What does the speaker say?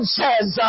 says